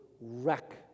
wreck